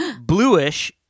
bluish